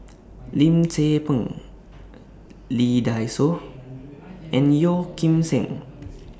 Lim Tze Peng Lee Dai Soh and Yeoh Ghim Seng